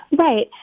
Right